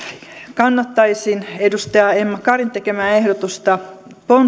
kannattaisin edustaja emma karin tekemää ehdotusta